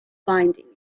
finding